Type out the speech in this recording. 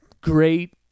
great